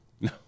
No